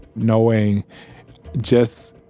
knowing just